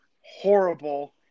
horrible